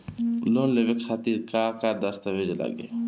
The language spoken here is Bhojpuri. लोन लेवे खातिर का का दस्तावेज लागी?